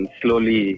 slowly